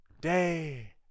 day